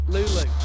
Lulu